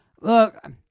Look